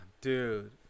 dude